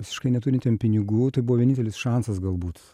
visiškai neturintiem pinigų tai buvo vienintelis šansas galbūt